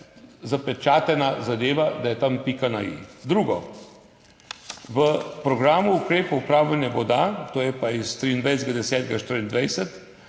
zapečatena zadeva, da je tam pika na i. Drugo, v Programu ukrepov upravljanja voda, to je pa iz 23. 10.